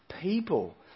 people